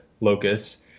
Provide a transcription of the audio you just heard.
locus